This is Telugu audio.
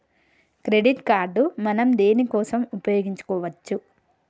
క్రెడిట్ కార్డ్ మనం దేనికోసం ఉపయోగించుకోవచ్చు?